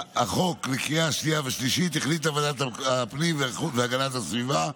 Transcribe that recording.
החוק לקריאה השנייה והשלישית החליטה ועדת הפנים והגנת הסביבה,